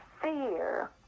Fear